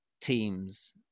teams